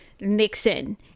Nixon